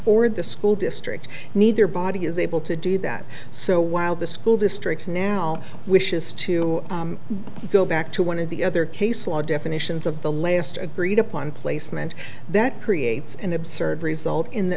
or the school district neither body is able to do that so while the school district now wishes to go back to one of the other case law definitions of the last agreed upon placement that creates an absurd result in